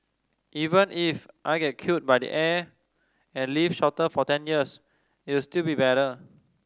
even if I get killed by the air and live shorter for ten years it'll still be better